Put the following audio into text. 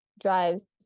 drives